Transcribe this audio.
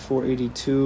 482